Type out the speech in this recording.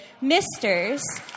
misters